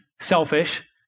selfish